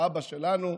האבא שלנו,